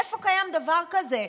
איפה קיים דבר כזה?